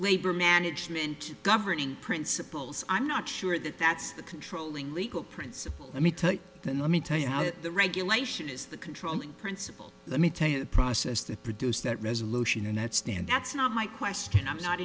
labor management governing principles i'm not sure that that's the controlling legal principle let me tell you then let me tell you how the regulation is the controlling principle let me tell you the process that produced that resolution and that stand that's not my question i'm not